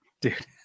Dude